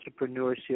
entrepreneurship